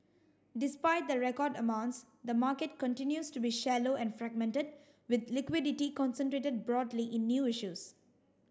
despite the record amounts the market continues to be shallow and fragmented with liquidity concentrated broadly in new issues